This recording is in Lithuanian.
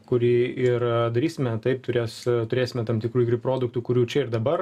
kurį ir darysime taip turės turėsime tam tikrų produktų kurių čia ir dabar